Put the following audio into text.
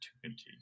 opportunity